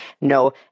no